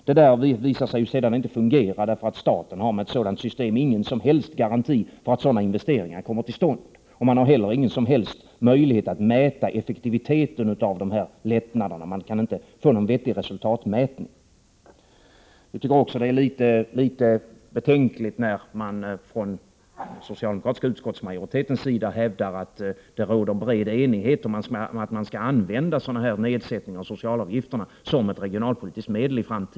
Det senare visar sig sedan inte fungera, eftersom staten med ett sådant system inte har någon som helst garanti för att sådana investeringar kommer till stånd och inte heller någon möjlighet att mäta effektiviteten i lättnaderna. Det går alltså inte att få någon vettig resultatmätning. Vi tycker också att det är litet betänkligt att man från den socialdemokratiska utskottsmajoritetens sida hävdar att det råder bred enighet om att man i framtiden skall tillämpa nedsättning av socialavgifterna som ett regionalpolitiskt medel.